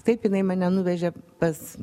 taip jinai mane nuvežė pas